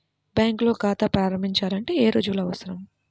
బ్యాంకులో ఖాతా ప్రారంభించాలంటే ఏ రుజువులు అవసరం?